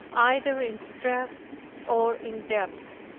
either in strength or in depth.